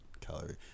calorie